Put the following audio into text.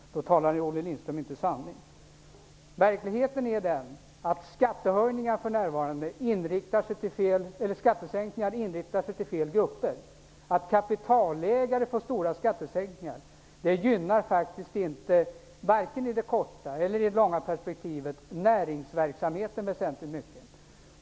Då talar Olle Lindström inte sanning. Verkligheten är den att skattesänkningar för närvarande inriktas till fel grupper. Att kapitalägare får stora skattesänkningar gynnar faktiskt inte vare sig i det korta eller det långa perspektivet näringsverksamheten särskilt mycket.